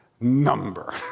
Number